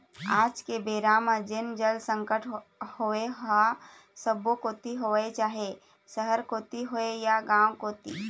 आज के बेरा म जेन जल संकट हवय ओहा सब्बो कोती हवय चाहे सहर कोती होय या गाँव कोती